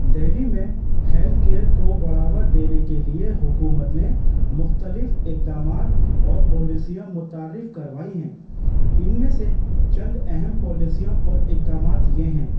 دہلی میں health care کو بڑھاوا دینے کے لیے حکومت نے مختلف اکدامات اور پالیسیاں متعارف کروائی ہیں ان میں سے چند اہم پالیسیاں اور اکدامات یہ ہیں